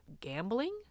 Gambling